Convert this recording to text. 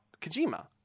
Kojima